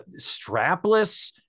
strapless